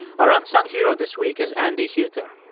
our unsung hero this week is andy huether.